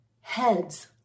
heads